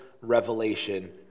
revelation